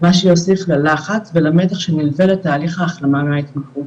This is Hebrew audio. מה שיוסיף ללחץ ולמתח שנלווה לתהליך ההחלמה מההתמכרות.